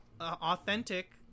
authentic